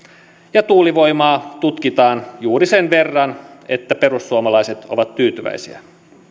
ja tuulivoimaa tutkitaan juuri sen verran että perussuomalaiset ovat tyytyväisiä